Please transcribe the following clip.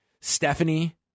Stephanie